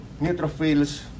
neutrophils